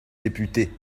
député